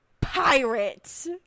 Pirates